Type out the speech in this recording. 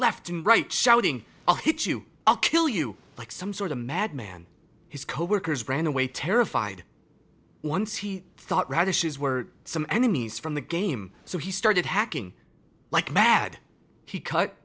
left and right shouting i'll hit you i'll kill you like some sort of madman his coworkers ran away terrified once he thought radishes were some enemies from the game so he started hacking like mad he cut